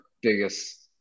biggest